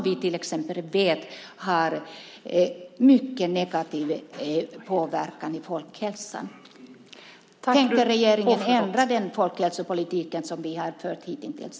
Vi vet att de har en mycket negativ påverkan på folkhälsan. Tänker regeringen ändra den folkhälsopolitik som vi har fört hittills?